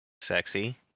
Sexy